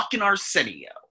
Arsenio